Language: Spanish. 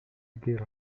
girl